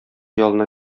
ялына